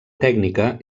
tècnica